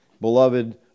beloved